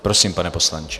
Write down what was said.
Prosím, pane poslanče.